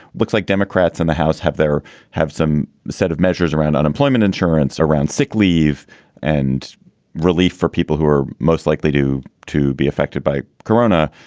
looks like democrats in the house have there have some set of measures around unemployment insurance, around sick leave and relief for people who are most likely to to be affected by corona.